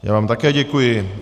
Já vám také děkuji.